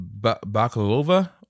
Bakalova